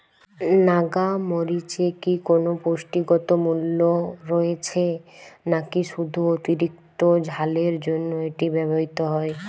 নাগা মরিচে কি কোনো পুষ্টিগত মূল্য রয়েছে নাকি শুধু অতিরিক্ত ঝালের জন্য এটি ব্যবহৃত হয়?